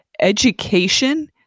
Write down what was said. education